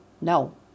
No